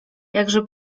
jakże